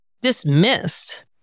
dismissed